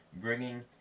bringing